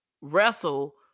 wrestle